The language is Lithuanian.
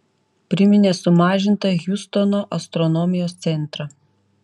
priminė sumažintą hjustono astronomijos centrą